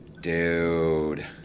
Dude